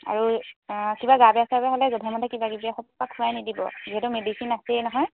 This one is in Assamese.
আৰু কিবা গা বোয়া ছা বেয়া হ'লে যধে মধে কিবা কিবি এসোপা খুৱাই নিদিব যিহেতু মেডিচিন আছেই নহয়